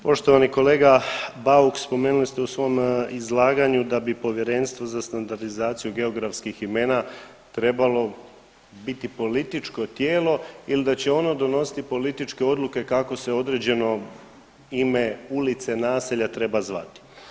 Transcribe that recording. Poštovani kolega Bauk spomenuli ste u svom izlaganju da bi Povjerenstvo za standardizaciju geografskih imena trebalo biti političko tijelo ili da će ono donositi političke odluke kako se određeno ime ulice i naselja treba zvati.